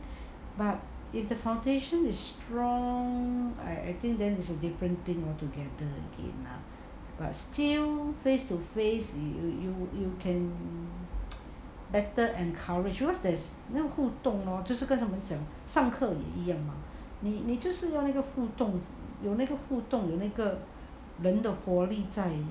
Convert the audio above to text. but if the foundation is strong I I think then is a different thing altogether again lah but still face to face you you you can better encourage cause there's 互动 lor 就是刚才讲上课也一样 mah 你就是要那个互动有那个互动那个人的活力在